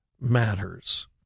matters